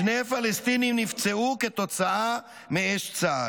שני פלסטינים נפצעו כתוצאה מאש צה"ל.